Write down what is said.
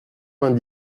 vingt